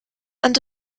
and